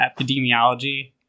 epidemiology